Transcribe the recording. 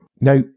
Now